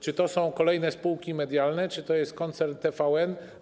Czy to są kolejne spółki medialne, czy to jest koncern TVN?